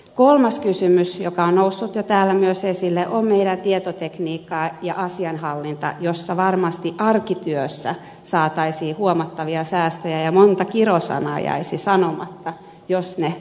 kolmas kysymys joka on noussut jo täällä esille on tietotekniikka ja asianhallinta jossa varmasti arkityössä saataisiin huomattavia säästöjä ja monta kirosanaa jäisi sanomatta jos ne toimisivat